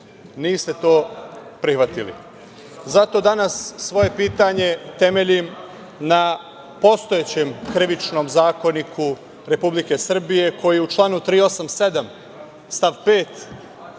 Niste to prihvatili. Zato danas svoje pitanje temeljim na postojećem Krivičnom zakoniku Republike Srbije, koji u članu 387. stav 5.